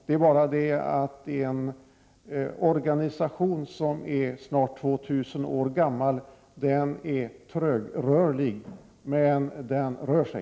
Det är bara det att en organisation som snart är 2000 år gammal är trögrörlig — men den rör sig.